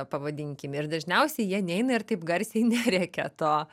pavadinkim ir dažniausiai jie neina ir taip garsiai nerėkia to